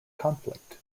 conflict